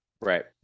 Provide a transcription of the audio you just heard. right